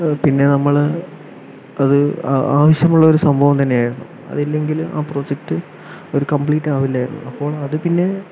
പിന്നെ നമ്മള് അത് ആ ആവിശ്യമുള്ള ഒരു സംഭവം തന്നെയായിരുന്നു അതില്ലെങ്കില് ആ പ്രോജക്ട് അത് കമ്പ്ലീറ്റ് ആവില്ലായിരുന്നു അപ്പോൾ അത് പിന്നെ